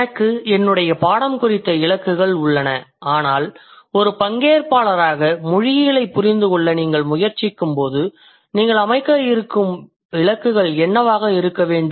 எனக்கு என்னுடைய பாடம் குறித்த இலக்குகள் உள்ளன ஆனால் ஒரு பங்கேற்பாளராக மொழியியலைப் புரிந்து கொள்ள நீங்கள் முயற்சிக்கும்போது நீங்கள் அமைக்க விரும்பும் இலக்குகள் என்னவாக இருக்க வேண்டும்